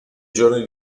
giorni